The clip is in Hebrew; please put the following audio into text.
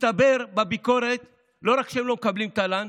הסתבר בביקורת שלא רק שהם לא מקבלים תל"ן,